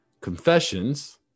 Confessions